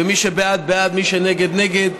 ומי שבעד בעד ומי שנגד נגד,